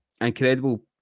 Incredible